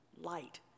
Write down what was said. light